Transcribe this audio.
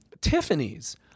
Tiffany's